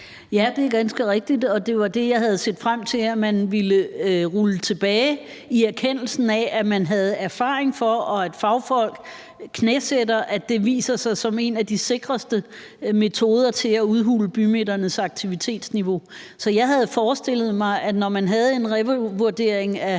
Ja, det er ganske rigtigt, og det var det, jeg havde set frem til at man ville rulle tilbage, i erkendelsen af at man havde erfaring for, og at fagfolk knæsætter, at det viser sig som en af de sikreste metoder til at udhule bymidternes aktivitetsniveau. Så jeg havde forestillet mig, at man, når man havde en revurdering af